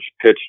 pitch